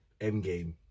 Endgame